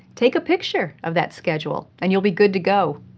take a picture of that schedule and you'll be good to go.